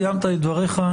סיימת את דבריך.